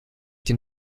den